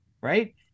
Right